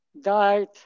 died